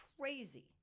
crazy